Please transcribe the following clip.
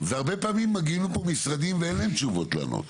והרבה פעמים מגיעים לפה משרדים ואין להם תשובות לענות,